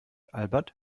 albert